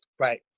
Right